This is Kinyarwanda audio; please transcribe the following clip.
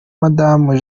madame